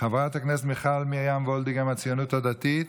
חברת הכנסת מיכל מרים וולדיגר מהציונות הדתית,